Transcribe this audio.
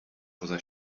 poza